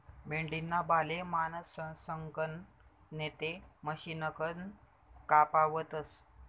मेंढीना बाले माणसंसकन नैते मशिनकन कापावतस